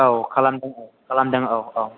औ खालामदों औ खालामदों औ औ